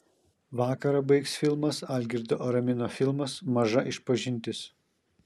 vakarą baigs filmas algirdo aramino filmas maža išpažintis